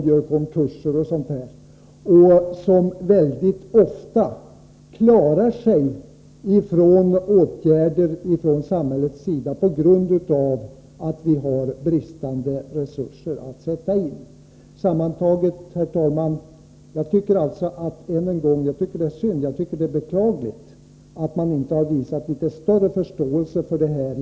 Man gör konkurser på ett sådant sätt att man mycket ofta klarar sig från åtgärder från samhällets sida på grund av att vi inte har tillräckliga resurser att sätta in. Sammantaget, herr talman, vill jag än en gång säga att jag tycker att det är beklagligt att man inte visat litet större förståelse i detta sammanhang.